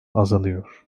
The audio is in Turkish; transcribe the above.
azalıyor